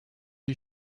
you